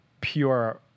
pure